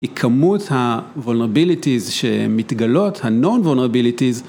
היא כמות ה-vulnerabilities שמתגלות, ה-non-vulnerabilities.